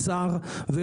שלא